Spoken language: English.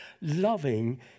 loving